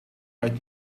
might